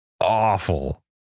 Awful